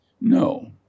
No